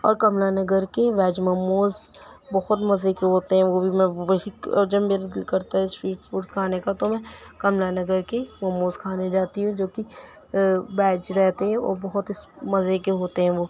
اور کملا نگر کے ویج مموز بہت مزے کے ہوتے ہیں وہ بھی میں بس اک جب میرا دِل کرتا ہے اسٹریٹ فوڈ کھانے کا تو میں کملا نگر کے مموز کھانے جاتی ہوں جو کہ ویج رہتے ہیں اور بہت ہی اِس مزے کے ہوتے ہیں وہ